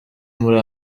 muri